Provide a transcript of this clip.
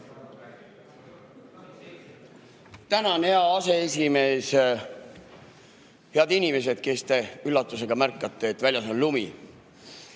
Tänan, hea aseesimees! Head inimesed, kes te üllatusega märkate, et väljas on lumi!